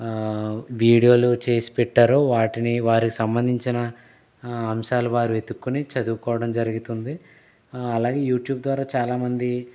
వీడియోలు చేసి పెట్టారో వాటిని వారి సంబంధించిన అంశాల వారి వెతుకుని చదువుకోవడం జరుగుతుంది అలాగే యూట్యూబ్ ద్వారా చాలామంది